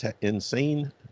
Insane